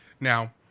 Now